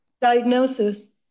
diagnosis